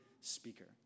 speaker